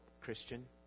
Christian